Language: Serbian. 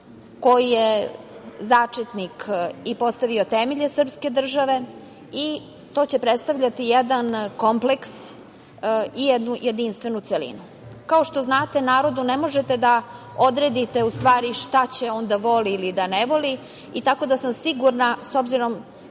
koji je začetnik i postavio temelje srpske države, i to će predstavljati jedan kompleks i jednu jedinstvenu celinu. Kao što znate, narodu ne možete da odredite šta će on da voli ili da ne voli, tako da sam sigurna, s obzirom